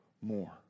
more